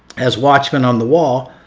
as watchman on the wall,